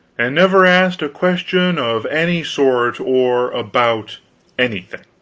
and never asked a question of any sort or about anything.